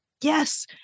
yes